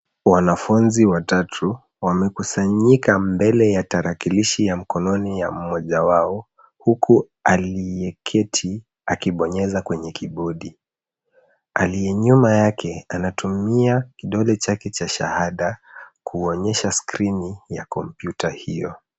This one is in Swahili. Wanafunzi watatu wamekusanyika mbele ya tarakilishi ya mkononi ya mmoja wao huku aliyeketi akibonyeza kwenye kibodi. Aliye nyuma yake anatumia kidole chake cha shahada kuonyesha skrini ya kompyuta hio.